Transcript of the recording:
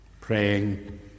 Praying